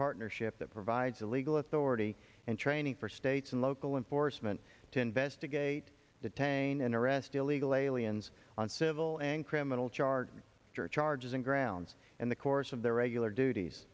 partnership that provides the legal authority and training for states and local enforcement to investigate detain and arrest illegal aliens on civil and criminal charges her charges and grounds in the course of their regular duties